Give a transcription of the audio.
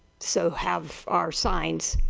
so have our signs.